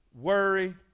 worry